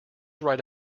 write